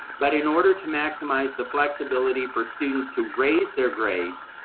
but in order to maximize the flexibility for students to raise their grades,